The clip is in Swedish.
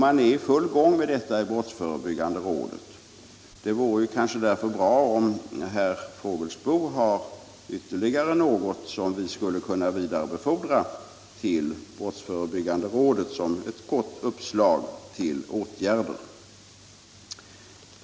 Man är i full gång med detta i brottsförebyggande rådet. Det vore därför bra om herr Fågelsbo hade ytterligare något förslag, som vi skulle kunna vidarebefordra till brottsförebyggande rådet som ett gott uppslag till åtgärder.